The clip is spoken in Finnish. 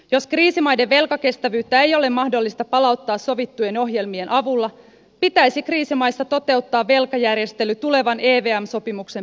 jos kriisimaiden velkakestävyyttä ei ole mahdollista palauttaa sovittujen ohjelmien avulla pitäisi kriisimaissa toteuttaa velkajärjestely tulevan evm sopimuksen periaatteiden mukaisesti